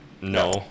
No